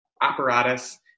apparatus